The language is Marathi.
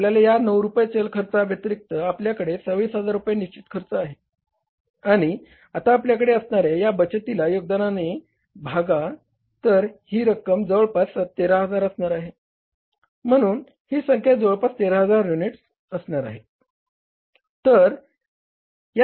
आपल्याला या 9 रुपये चल खर्चा व्यतिरिक्त आपल्याकडे 26000 रुपये निश्चित खर्च आहे आणि आता आपल्याकडे असणाऱ्या या बचतीला योगदानाने भागा तर ही रक्कम जवळपास 13000 असणार आहे म्हणून ही संख्या जवळपास 13000 युनिट्स असणार आहेत